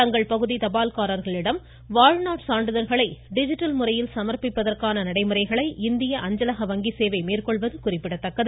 தங்கள் பகுதி தபால்காரர்களிடம் வாழ்நாள் சான்றிதழ்களை டிஜிட்டல் முறையில் சம்ப்பிப்பதற்கான நடைமுறைகளை இந்திய அஞ்சலக வங்கி சேவை மேற்கொள்வது குறிப்பிடத்தக்கது